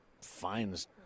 finds